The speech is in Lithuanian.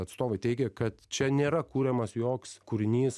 atstovai teigia kad čia nėra kuriamas joks kūrinys